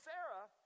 Sarah